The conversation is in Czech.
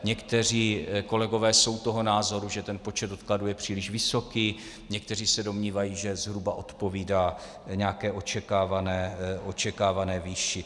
Někteří kolegové jsou toho názoru, že počet odkladů je příliš vysoký, někteří se domnívají, že zhruba odpovídá nějaké očekávané výši.